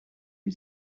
you